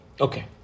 Okay